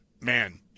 Man